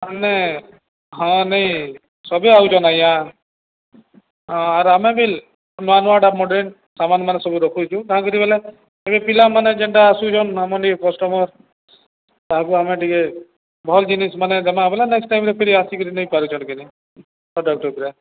ନେ ହଁ ନାଇ ସଭିଏ ଆଉଚନ୍ ଆଜ୍ଞା ହଁ ଆର୍ ଆମେ ବି ନୂଆ ନୂଆଟା ମଡ଼େଲ ସାମାନ୍ମାନ ସବୁ ଦେଖୁଛୁ ତାହାକ ବଲେ ଏବେ ପିଲାମାନେ ଯେନ୍ଟା ଆସୁଚନ୍ ନମନ କଷ୍ଟମର ତାହାକୁ ଆମେ ଟିକେ ଭଲ୍ ଜିନିଷ ମାନେ ଦମା ବୋଲେ ନେକ୍ସଟ ଟାଇମ୍ରେ ଫରି ଆସିକିରି ନେଇ ପାରୁଚନ୍ କେନ ପ୍ରଡ଼କ୍ଟ ଉପରେ